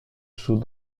sous